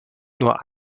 nur